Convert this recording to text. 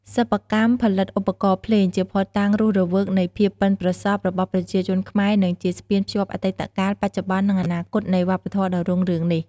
សិប្បកម្មផលិតឧបករណ៍ភ្លេង ជាភស្តុតាងរស់រវើកនៃភាពប៉ិនប្រសប់របស់ប្រជាជនខ្មែរ និងជាស្ពានភ្ជាប់អតីតកាល បច្ចុប្បន្ន និងអនាគតនៃវប្បធម៌ដ៏រុងរឿងនេះ។